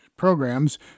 programs